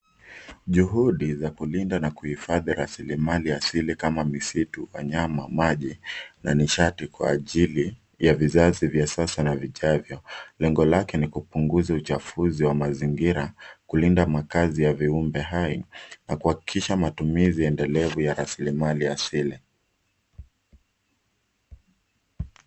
Juhudi za kulinda na kuhifadhi rasilimali asili kama misitu, wanyama, maji na nishati kwa ajili ya vizazi vya sasa na vijavyo, lengo lake ni kupunguza uchafuzi wa mazingira kulinda makaazi ya viumbe hai na kuhakikisha matumizi enedlevu ya rasilimali asili.